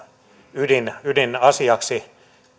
ydinasiaksi